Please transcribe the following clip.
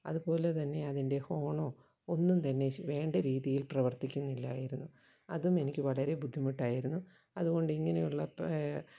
അതുപോലെ തന്നെ അതിൻ്റെ ഹോണോ ഒന്നും തന്നെ വേണ്ട രീതിയിൽ പ്രവർത്തിക്കുന്നില്ലായിരുന്നു അതും എനിക്ക് വളരെ ബുദ്ധിമുട്ടായിരുന്നു അതുകൊണ്ട് ഇങ്ങനെയുള്ളപ്പം